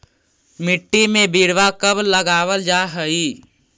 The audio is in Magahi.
मिट्टी में बिरवा कब लगावल जा हई?